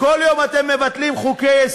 כל יום אתם מבטלים חוקי-יסוד?